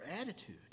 attitude